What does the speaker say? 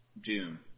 June